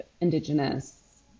Indigenous